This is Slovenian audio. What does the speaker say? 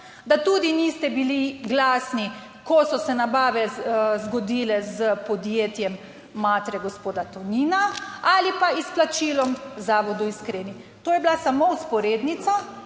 da tudi niste bili glasni, ko so se nabave zgodile s podjetjem matere gospoda Tonina, ali pa izplačilom Zavodu Iskreni. To je bila samo vzporednica.